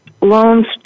loans